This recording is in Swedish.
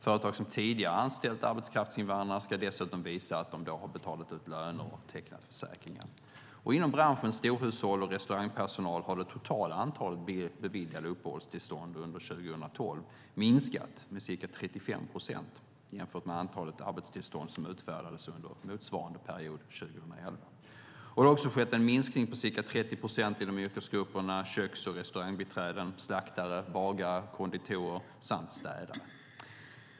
Företag som tidigare har anställt arbetskraftsinvandrare ska dessutom visa att de då har betalat ut löner och tecknat försäkringar. Inom branschen storhushåll och restaurangpersonal har det totala antalet beviljade arbetstillstånd under 2012 minskat med ca 35 procent jämfört med antalet arbetstillstånd som utfärdades under motsvarande period 2011. Det har också skett en minskning med ca 30 procent inom yrkesgrupperna köks och restaurangbiträden, slaktare, bagare, konditorer samt städare.